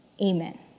Amen